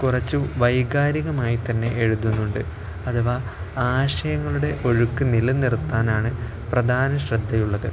കുറച്ചു വൈകാരികമായി തന്നെ എഴുതുന്നുണ്ട് അഥവാ ആശയങ്ങളുടെ ഒഴുക്ക് നിലനിർത്താനാണ് പ്രധാന ശ്രദ്ധയുള്ളത്